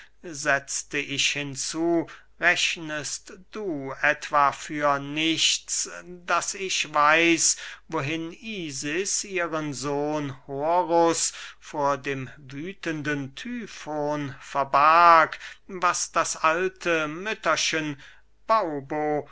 rechnest du etwa für nichts daß ich weiß wohin isis ihren sohn horus vor dem wüthenden tyfon verbarg was das alte mütterchen baubo